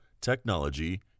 technology